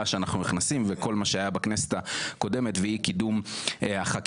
שאנחנו נכנסים אליה וכל מה שהיה בכנסת הקודמת והיא קידום החקיקה.